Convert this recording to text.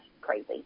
crazy